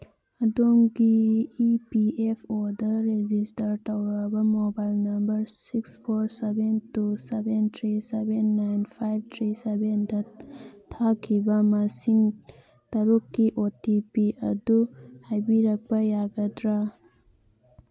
ꯑꯗꯣꯝꯒꯤ E P F ꯑꯣꯗ register ꯇꯧꯔꯕ mobile number six four seven two seven three seven nine five three ꯁꯕꯦꯟꯗ ꯊꯥꯈꯤꯕ ꯃꯁꯤꯡ ꯇꯔꯨꯛꯀꯤ ꯑꯣ ꯇꯤ ꯄꯤ ꯑꯗꯨ ꯍꯥꯏꯕꯤꯔꯛꯄ ꯌꯥꯒꯗ꯭ꯔꯥ